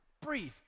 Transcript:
Breathe